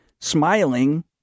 Smiling